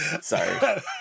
sorry